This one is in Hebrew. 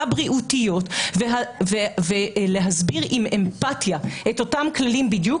הבריאותיות ולהסביר עם אמפתיה את אותם כללים בדיוק